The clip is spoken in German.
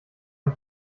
mit